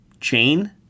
Chain